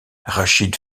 rachid